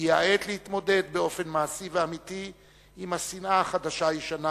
הגיעה העת להתמודד באופן מעשי ואמיתי עם השנאה החדשה-ישנה,